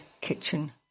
Kitchen